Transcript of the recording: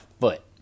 foot